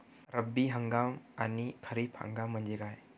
रब्बी हंगाम आणि खरीप हंगाम म्हणजे काय?